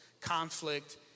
conflict